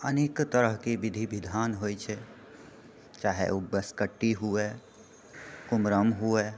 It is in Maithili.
अनेक तरहकेँ विधि विधान होइ छै चाहे ओ बाँसकट्टी हुए कुमरम हुए